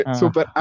super